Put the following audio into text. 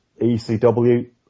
ECW